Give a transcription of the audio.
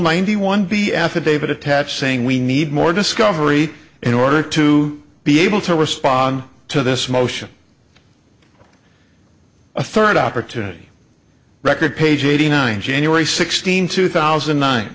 ninety one b affidavit attached saying we need more discovery in order to be able to respond to this motion a third opportunity record page eighty nine january sixteenth two thousand